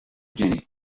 jenny